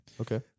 Okay